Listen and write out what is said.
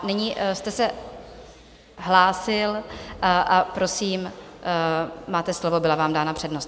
Nyní jste se hlásil, prosím, máte slovo, byla vám dána přednost.